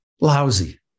Lousy